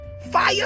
fire